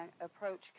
Approach